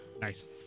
Nice